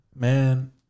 Man